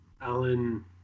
Alan